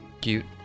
Cute